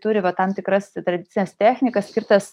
turi va tam tikras tradicines technikas skirtas